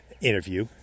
interview